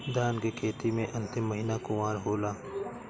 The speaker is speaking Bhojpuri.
धान के खेती मे अन्तिम महीना कुवार होला?